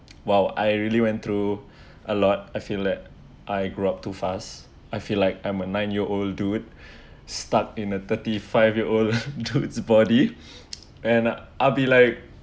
while I really went through a lot I feel that I grew up too fast I feel like I'm a nine year old dude start in a thirty-five year old dude's body and I'll be like